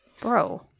Bro